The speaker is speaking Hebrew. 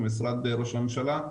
כמשרד ראש הממשלה,